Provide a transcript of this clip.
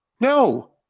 No